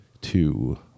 two